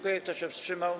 Kto się wstrzymał?